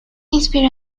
inspiró